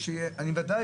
זה וטו.